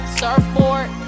surfboard